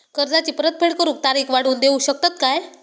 कर्जाची परत फेड करूक तारीख वाढवून देऊ शकतत काय?